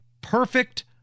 perfect